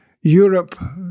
Europe